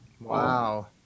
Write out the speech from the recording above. wow